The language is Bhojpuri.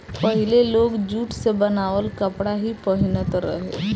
पहिले लोग जुट से बनावल कपड़ा ही पहिनत रहे